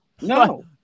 No